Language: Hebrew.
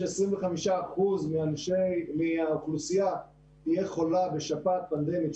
כש-25% מהאוכלוסייה תהיה חולה בשפעת פנדמית,